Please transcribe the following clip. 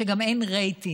שגם אין רייטינג.